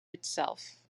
itself